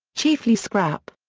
chiefly scrap.